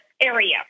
area